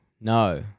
no